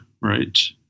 right